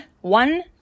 one